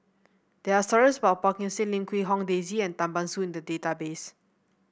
there are stories about Phua Kin Siang Lim Quee Hong Daisy and Tan Ban Soon in the database